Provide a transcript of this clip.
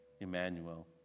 Emmanuel